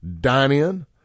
dine-in